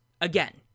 Again